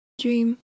dream